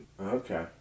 Okay